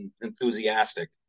enthusiastic